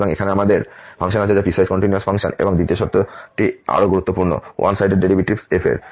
সুতরাং এখানে আমাদের ফাংশন আছে যা পিসওয়াইস কন্টিনিউয়াস ফাংশন এবং দ্বিতীয় শর্তটি আরও গুরুত্বপূর্ণ ওয়ান সাইডেড ডেরিভেটিভস f এর